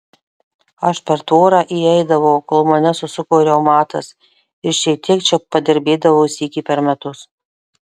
aš per tvorą įeidavau kol mane susuko reumatas ir šiek tiek čia padirbėdavau sykį per metus